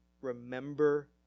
remember